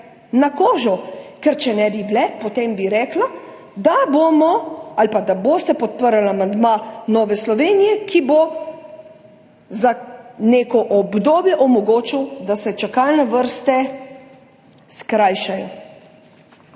na kožo, ker če ne bi bile, potem bi rekla, da bomo ali pa da boste podprli amandma Nove Slovenije, ki bo za neko obdobje omogočil, da se čakalne vrste skrajšajo.